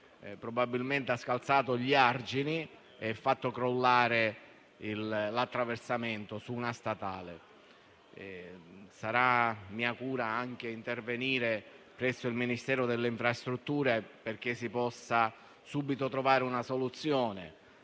probabilmente ha scalzato gli argini e ha fatto crollare l'attraversamento su una statale. Sarà mia cura intervenire presso il Ministero delle infrastrutture, perché si possa trovare subito una soluzione,